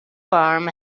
farm